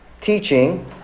teaching